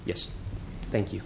yes thank you